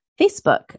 Facebook